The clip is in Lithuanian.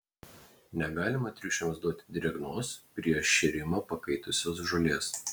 negalima triušiams duoti drėgnos prieš šėrimą pakaitusios žolės